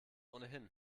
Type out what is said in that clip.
ohnehin